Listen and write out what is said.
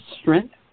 strength